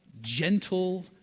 gentle